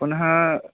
पुनः